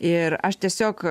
ir aš tiesiog